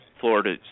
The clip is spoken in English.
Florida